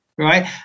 right